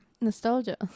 Nostalgia